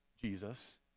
Jesus